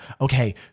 okay